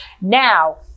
Now